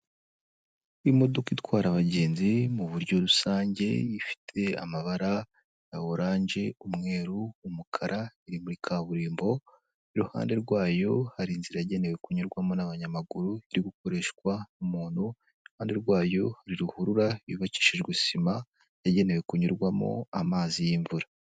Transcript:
Imodoka itwara abagenzi mu buryo rusange ifite amabara ya oranje, umweru, umukara iri muri kaburimbo iruhande rwayo hari inzira yagenewe kunyurwamo n'abanyamaguru iri gukoreshwa n'umuntu, iruhande rwayo rhari ruhurura yubakishijwe sima yagenewe kunyurwamo n'amazi y'imvura.